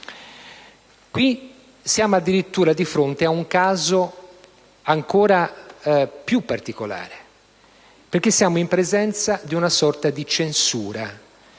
Qui siamo addirittura di fronte ad un caso ancora più particolare, perché siamo in presenza di una sorta di censura,